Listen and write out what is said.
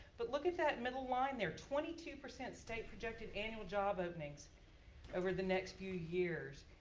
but look at that middle line there. twenty two percent state projected annual job openings over the next few years.